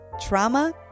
trauma